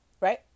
Right